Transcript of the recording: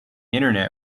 internet